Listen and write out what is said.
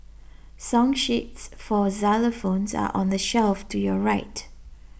song sheets for xylophones are on the shelf to your right